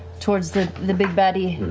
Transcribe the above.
towards the the big baddie.